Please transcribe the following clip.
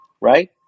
right